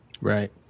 Right